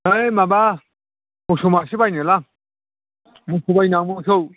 ओइ माबा मोसौ मासे बायनोलां मोसौ बायनो आं मोसौ